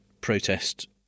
protest